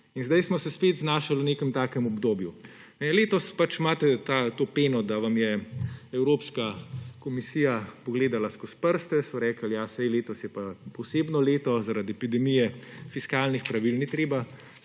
In zdaj smo se spet znašli v nekem takšnem obdobju. Letos pač imate to peno, da vam je Evropska komisija pogledala skozi prste, so rekli, ja, saj letos je pa posebno leto, zaradi epidemije fiskalnih pravil ni treba